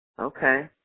okay